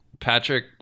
Patrick